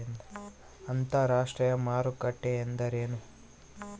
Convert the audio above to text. ಅಂತರಾಷ್ಟ್ರೇಯ ಮಾರುಕಟ್ಟೆ ಎಂದರೇನು?